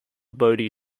bodhi